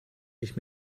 nicht